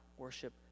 Worship